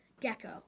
Gecko